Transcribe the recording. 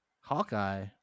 Hawkeye